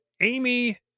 Amy